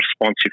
responsive